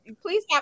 please